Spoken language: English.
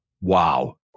Wow